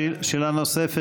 שאלה נוספת,